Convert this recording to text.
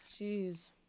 Jeez